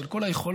של כל היכולות,